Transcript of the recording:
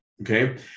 Okay